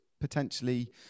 potentially